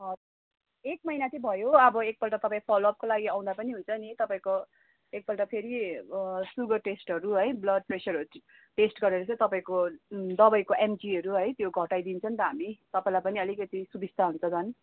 हजुर एक महिना चाहिँ भयो अब एकपल्ट तपाईँ फलअपको लागि आउँदा पनि हुन्छ नि तपाईँको एकपल्ट फेरि सुगर टेस्टहरू है ब्लड प्रेसरहरू टेस्ट गरेर चाहिँ तपाईँको दबाईको एमजीहरू है त्यो घटाइदिन्छ नि त हामी तपाईँलाई पनि अलिकति सुविस्ता हुन्छ झन्